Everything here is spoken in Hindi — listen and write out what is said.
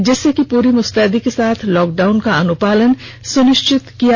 जिससे कि पूरी मुस्तैदी के साथ लॉकडाउन का अनुपालन सनिश्चित किया जा सके